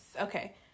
Okay